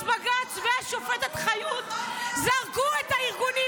אז בג"ץ והשופטת חיות זרקו את הארגונים